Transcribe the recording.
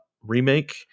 remake